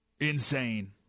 Insane